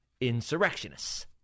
insurrectionists